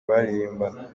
baririmbana